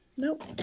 Nope